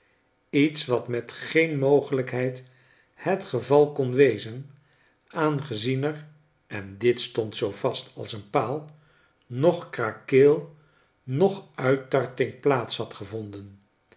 iets wat met geen mogelijkheid het geval kon wezen aangezien er en dit stond zoo vast als een paal noch krakeel noch uittarting plaats had gevonden